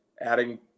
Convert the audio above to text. adding